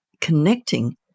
connecting